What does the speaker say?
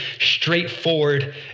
straightforward